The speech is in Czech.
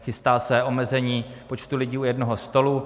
Chystá se omezení počtu lidí u jednoho stolu.